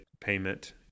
payment